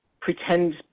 pretend